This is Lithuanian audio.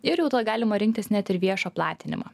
ir jau galima rinktis net ir viešą platinimą